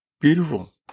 beautiful